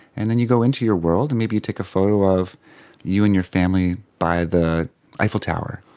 and then you go into your world and maybe you take a photo of you and your family by the eiffel tower.